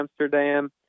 Amsterdam